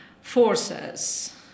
forces